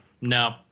no